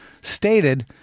stated